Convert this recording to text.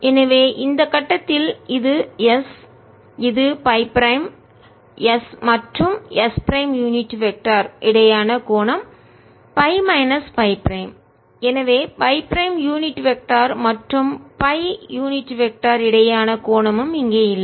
எனவே இந்த கட்டத்தில் இது s இது Φ பிரைம் s மற்றும் s பிரைம் யூனிட் வெக்டர் அலகு திசையன் இடையேயான கோணம் பை மைனஸ் பை பிரைம் எனவே Φ பிரைம் யூனிட் வெக்டர் அலகு திசையன் மற்றும் Φ யூனிட் வெக்டர் அலகு திசையன் இடையேயான கோணமும் இங்கே இல்லை